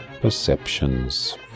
perceptions